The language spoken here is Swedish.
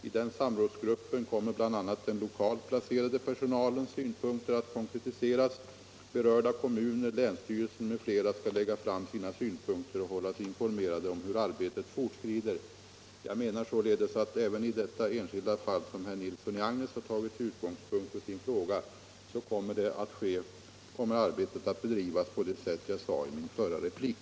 I den samrådsgruppen kommer bl.a. den lokalt placerade personalens synpunkter att konkretiseras. Berörda kommuner, länsstyrelsen m.fl. skall lägga fram sina synpunkter och hållas informerade om hur arbetet fortskrider. Jag menar således att även i det enskilda fall som herr Nilsson i Agnäs tagit till utgångspunkt för sin fråga kommer arbetet att bedrivas på det sätt jag omtalade i min förra replik.